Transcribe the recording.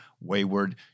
wayward